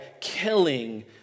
killing